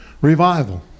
revival